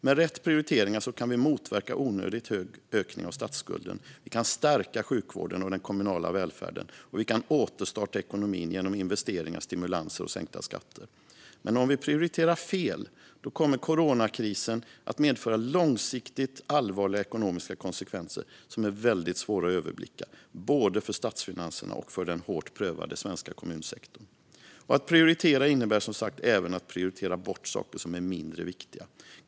Med rätt prioriteringar kan vi motverka en onödigt stor ökning av statsskulden, stärka sjukvården och den kommunala välfärden och återstarta ekonomin genom investeringar, stimulanser och sänkta skatter. Men om vi prioriterar fel kommer coronakrisen att medföra långsiktigt allvarliga ekonomiska konsekvenser som är svåra att överblicka, både för statsfinanserna och för den hårt prövade svenska kommunsektorn. Att prioritera något innebär som sagt även att prioritera bort saker som är mindre viktiga.